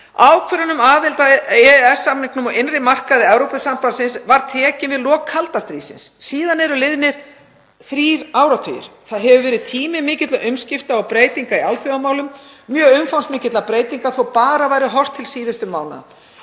Ákvörðun um aðild að EES-samningnum og innri markaði Evrópusambandsins var tekin við lok kalda stríðsins. Síðan eru liðnir þrír áratugir. Það hefur verið tími mikilla umskipta og breytinga í alþjóðamálum, mjög umfangsmikilla breytinga þótt bara væri horft til síðustu mánaða.